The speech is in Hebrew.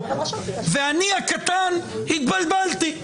ואני הקטן התבלבלתי.